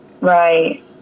Right